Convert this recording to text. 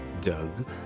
Doug